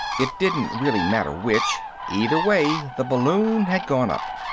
it didn't really matter which, either way the balloon had gone up.